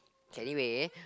K anyway